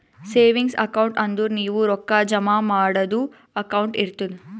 savings account ಅಂದುರ್ ನೀವು ರೊಕ್ಕಾ ಜಮಾ ಮಾಡದು ಅಕೌಂಟ್ ಇರ್ತುದ್